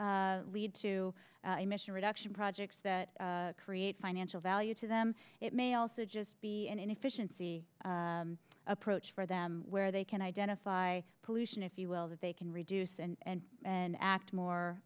lead to emission reduction projects that create financial value to them it may also just be an efficiency approach for them where they can identify pollution if you will that they can reduce and and act more